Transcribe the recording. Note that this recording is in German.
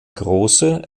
große